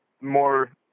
more